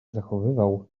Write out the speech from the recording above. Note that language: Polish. zachowywał